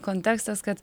kontekstas kad